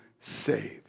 saved